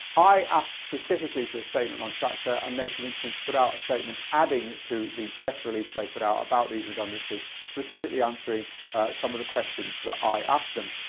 i asked specifically for a statement on traktor and native instruments put out a statement adding to the press release they put out about these redundancies, specifically answering some of the questions that i asked them.